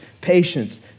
patience